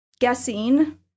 guessing